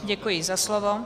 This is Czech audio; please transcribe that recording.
Děkuji za slovo.